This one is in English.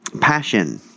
passion